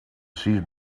see